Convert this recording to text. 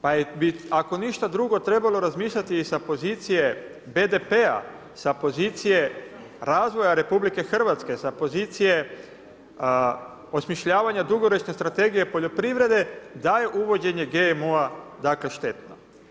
Pa bi ako ništa drugo trebalo razmišljati sa pozicije BDP-a, sa pozicije razvoja RH, sa pozicije osmišljavanja dugoročne strategije poljoprivrede da je uvođenje GMO-a štetno.